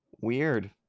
Weird